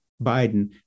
Biden